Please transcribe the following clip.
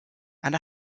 and